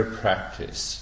practice